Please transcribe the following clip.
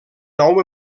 nou